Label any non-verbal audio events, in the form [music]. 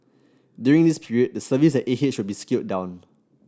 during this period the services at A [unintelligible] will be scaled down